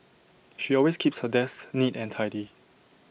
she always keeps her desk neat and tidy